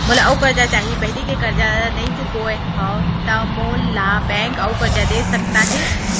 मोला अऊ करजा चाही पहिली के करजा नई चुकोय हव त मोल ला बैंक अऊ करजा दे सकता हे?